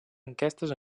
enquestes